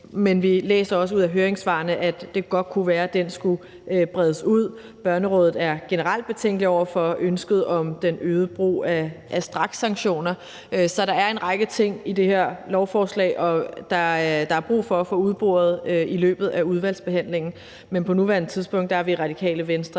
men vi læser også ud af høringssvarene, at det godt kunne være, at det skulle bredes ud. Børnerådet er generelt betænkelig over for ønsket om den øgede brug af strakssanktioner. Så der er en række ting i det her lovforslag, som der er brug for at få udboret i løbet af udvalgsbehandlingen. Men på nuværende tidspunkt kan vi i Radikale Venstre